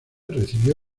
recibió